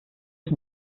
ich